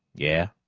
yeah.